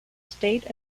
state